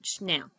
Now